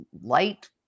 light